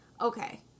okay